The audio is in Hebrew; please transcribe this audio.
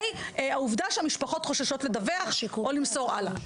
העובדה שהמשפחות חוששות לדווח או למסור הלאה.